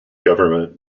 government